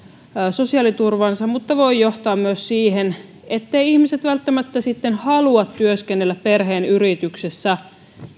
sosiaaliturvaansa mutta voi johtaa myös siihen etteivät ihmiset välttämättä sitten halua työskennellä perheen yrityksessä